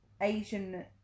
Asian